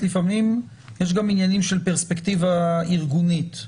לפעמים יש גם עניינים של פרספקטיבה ארגונית,